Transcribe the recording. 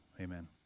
amen